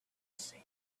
seen